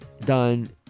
done